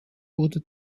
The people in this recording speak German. wurde